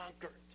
conquered